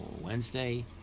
Wednesday